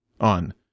on